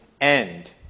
end